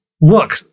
look